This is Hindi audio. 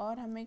और हमें